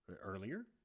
earlier